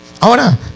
Ahora